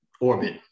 orbit